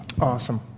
Awesome